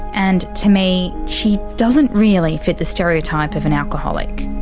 and to me, she doesn't really fit the stereotype of an alcoholic.